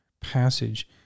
passage